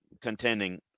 contending